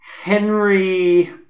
Henry